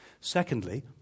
Secondly